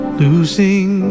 losing